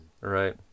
Right